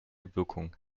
wirkung